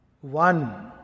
One